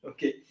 Okay